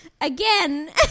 again